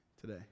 today